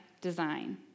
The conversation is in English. design